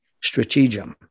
strategium